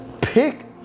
pick